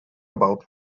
about